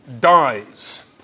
Dies